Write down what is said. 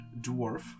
dwarf